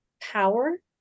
power